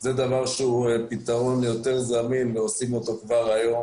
זה דבר שהוא פתרון יותר זמין ועושים אותו כבר היום